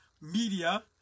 Media